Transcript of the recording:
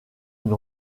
une